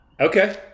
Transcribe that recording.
Okay